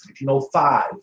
1905